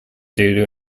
due